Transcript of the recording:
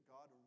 God